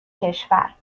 کشور